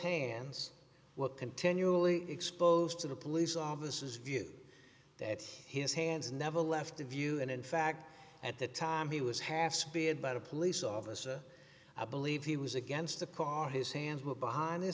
hands what continually exposed to the police officers view that his hands never left the view and in fact at the time he was half speared by a police officer i believe he was against the car his hands were behind